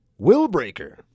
Willbreaker